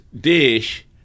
dish